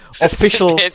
official